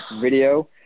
video